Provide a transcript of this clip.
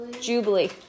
Jubilee